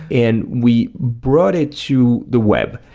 and we brought it to the web,